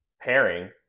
pairing